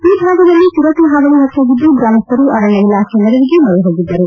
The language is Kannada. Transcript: ಈ ಭಾಗದಲ್ಲಿ ಚಿರತೆ ಹಾವಳಿ ಹೆಚ್ಚಾಗಿದ್ದು ಗ್ರಾಮಸ್ವರು ಅರಣ್ಯ ಇಲಾಖೆಯ ನೆರವಿಗೆ ಮೊರೆ ಹೋಗಿದ್ದರು